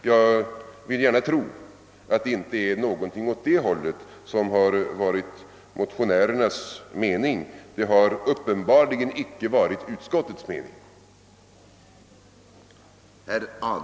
Jag vill gärna tro att det inte är något åt det hållet som motionärerna åsyftar.